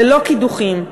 ללא קידוחים.